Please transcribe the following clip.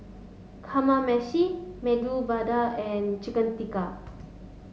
Kamameshi Medu Vada and Chicken Tikka